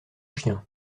chien